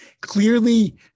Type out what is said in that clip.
Clearly